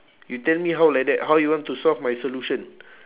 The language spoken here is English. you tell me how like that how you want to solve my solution